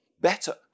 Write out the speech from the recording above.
better